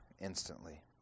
instantly